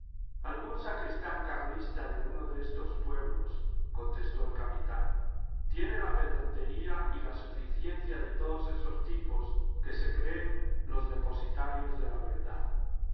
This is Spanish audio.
algún sacristán carlista de uno de estos pueblos contestó el capitán tiene la pedantería y la suficiencia de todos esos tipos que se creen los depositarios de la verdad